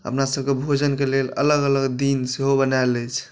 अपनासभके भोजनके लेल अलग अलग दिन सेहो बनाएल अछि